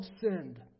sinned